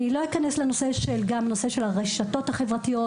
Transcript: אני לא אכנס לנושא הרשתות החברתיות